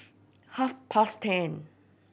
half past ten